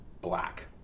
black